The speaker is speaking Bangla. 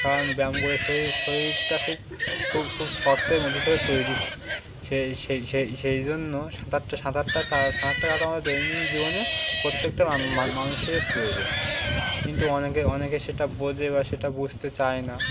কারণ ব্যায়াম করে শরীর শরীরটা খুব খুব খুব শক্ত এবং মজবুতভাবে তৈরি হয় সে সেই সেই সেই জন্য সাঁতারটা সাঁতারটা সাঁতারটা কাটা আমাদের দৈনন্দিন জীবনে প্রত্যেকটা মানুষের প্রয়োজন কিন্তু অনেকে অনেকে সেটা বোঝে বা সেটা বুঝতে চায় না